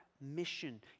mission